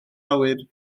awyr